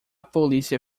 polícia